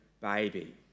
baby